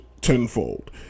tenfold